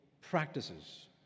practices